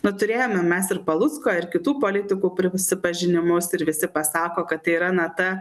nu turėjome mes ir palucko ir kitų politikų prisipažinimus ir visi pasako kad yra na ta